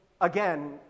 again